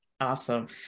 Awesome